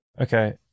Okay